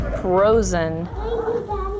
frozen